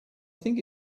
think